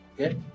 okay